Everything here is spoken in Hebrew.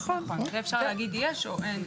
נכון, בזה אפשר להגיד יש או אין.